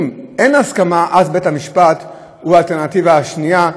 אם אין הסכמה, בית-המשפט הוא האלטרנטיבה השנייה,